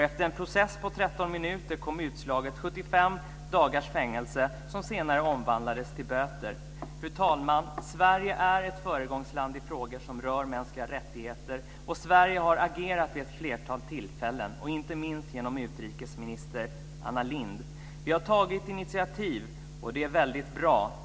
Efter en process på 13 minuter kom utslaget 75 Fru talman! Sverige är ett föregångsland i frågor som rör mänskliga rättigheter. Och Sverige har agerat vid ett flertal tillfällen, inte minst genom utrikesminister Anna Lindh. Vi har tagit initiativ, och det är väldigt bra.